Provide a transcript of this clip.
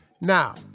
Now